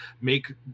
make